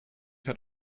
hat